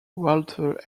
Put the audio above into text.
walter